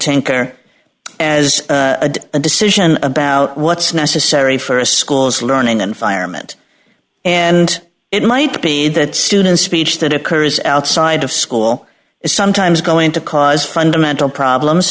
tinker as a decision about what's necessary for a school's learning environment and it might be that student speech that occurs outside of school is sometimes going to cause fundamental problems